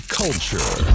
culture